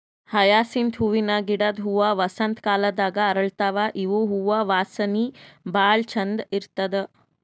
hyacinth ಹೂವಿನ ಗಿಡದ್ ಹೂವಾ ವಸಂತ್ ಕಾಲದಾಗ್ ಅರಳತಾವ್ ಇವ್ ಹೂವಾ ವಾಸನಿ ಭಾಳ್ ಛಂದ್ ಇರ್ತದ್